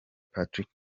patrick